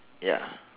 ya